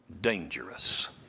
dangerous